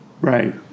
Right